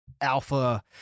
alpha